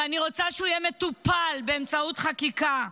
ואני רוצה שהוא יהיה מטופל באמצעות חקיקה,